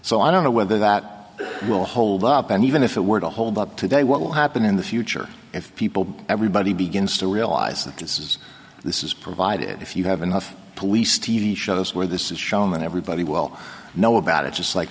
so i don't know whether that will hold up and even if it were to hold up today what will happen in the future if people everybody begins to realize that this is this is provided if you have enough police t v shows where this is shown and everybody will know about it just like